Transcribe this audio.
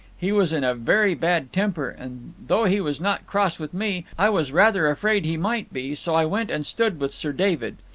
he was in a very bad temper, and though he was not cross with me, i was rather afraid he might be, so i went and stood with sir david.